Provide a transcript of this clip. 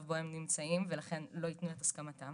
בו הם נמצאים ולכן לא יתנו את הסכמתם,